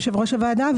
יושב-ראש הוועדה.